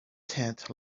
tent